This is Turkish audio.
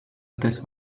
ateş